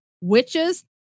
witches